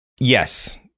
Yes